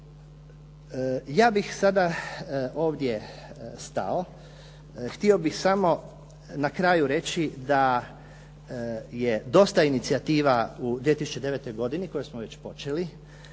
Ja bih sada ovdje stao, htio bih samo na kraju reći da je dosta inicijativa u 2009. godini koje smo već počeli,